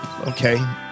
Okay